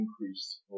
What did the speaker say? increase